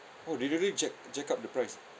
oh they really jack jack up the price ah